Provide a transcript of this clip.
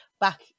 back